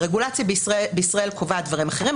הרגולציה בישראל קובעת דברים אחרים,